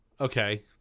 okay